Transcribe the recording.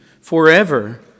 forever